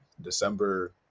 december